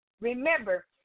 Remember